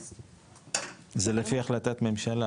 זה לפי החלטת ממשלה.